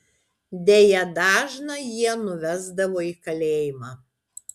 deja dažną jie nuvesdavo į kalėjimą